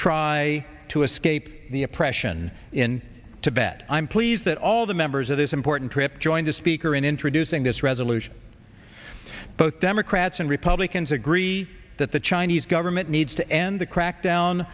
try to escape the oppression in tibet i'm pleased that all the members of this important trip joined a speaker in introducing this resolution both democrats and republicans agree that the chinese government needs to end the crackdown